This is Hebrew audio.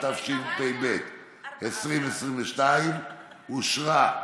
התשפ"ב 2022 אושרה,